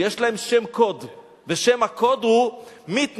ויש להם שם קוד ושם הקוד הוא "מתנחלים".